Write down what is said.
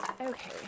okay